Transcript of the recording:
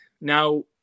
Now